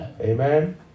Amen